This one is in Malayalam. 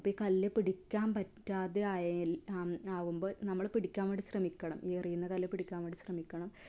അപ്പോൾ ഈ കല്ല് പിടിക്കാൻ പറ്റാതെ ആയാൽ ആവുമ്പോൾ നമ്മൾ പിടിക്കാൻ വേണ്ടി ശ്രമിക്കണം ഈ എറിയുന്ന കല്ല് പിടിക്കാൻ വേണ്ടി ശ്രമിക്കണം